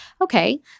Okay